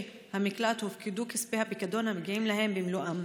המקלט הופקדו כספי הפיקדון המגיעים להם במלואם,